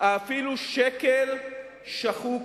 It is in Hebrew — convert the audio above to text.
אפילו שקל אחד.